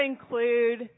include